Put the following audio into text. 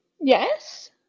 Yes